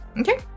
Okay